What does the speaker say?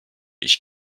ich